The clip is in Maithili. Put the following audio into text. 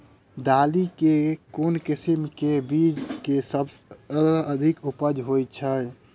दालि मे केँ किसिम केँ बीज केँ सबसँ अधिक उपज होए छै?